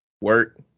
work